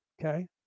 Okay